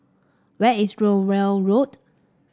where is Rowell Road